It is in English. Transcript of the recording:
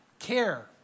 Care